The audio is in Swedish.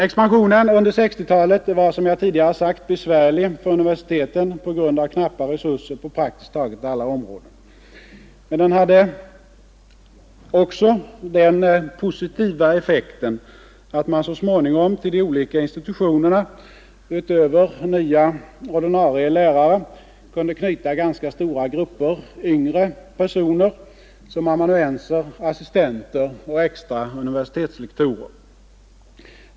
Expansionen under 1960-talet var, som jag tidigare sagt, besvärlig för universiteten på grund av knappa resurser på praktiskt taget alla områden. Men den hade också den positiva effekten att man så småningom till de olika institutionerna utöver nya ordinarie lärare kunde knyta ganska stora grupper yngre personer som amanuenser, assistenter och extra universitetslektorer.